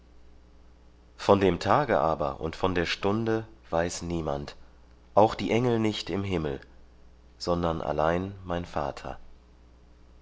von dem tage aber und von der stunde weiß niemand auch die engel nicht im himmel sondern allein mein vater